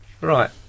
Right